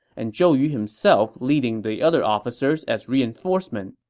and zhou yu himself leading the other officers as reinforcement.